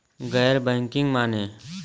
गैर बैंकिंग माने?